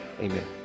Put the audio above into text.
Amen